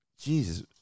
Jesus